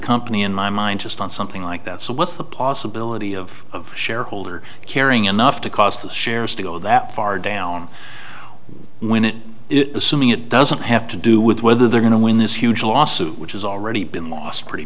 company in my mind just on something like that so what's the possibility of shareholder caring enough to cause the shares to go that far down when it is assuming it doesn't have to do with whether they're going to win this huge lawsuit which is already been lost pretty